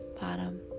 bottom